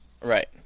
Right